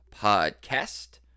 podcast